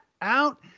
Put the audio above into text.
out